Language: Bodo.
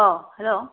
अ हेल'